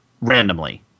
randomly